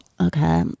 Okay